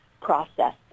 process